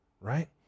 right